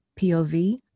pov